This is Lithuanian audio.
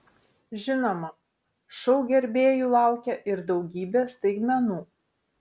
žinoma šou gerbėjų laukia ir daugybė staigmenų